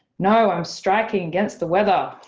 no i'm striking against the weather.